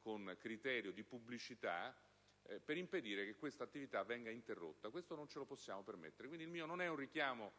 con criterio di pubblicità), impedendo, quindi, che questa attività venga interrotta: questo non ce lo possiamo permettere. Il mio intervento, quindi, non è un richiamo